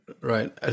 right